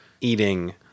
eating